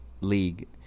League